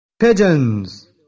pigeons